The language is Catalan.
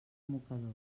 mocador